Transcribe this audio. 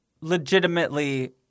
legitimately